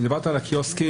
דיברת על הקיוסקים,